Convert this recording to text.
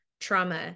trauma